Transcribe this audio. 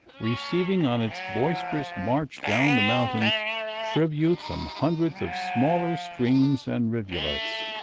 receiving on its boisterous march down the mountains tribute from hundreds of smaller streams and rivulets,